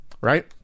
right